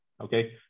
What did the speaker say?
okay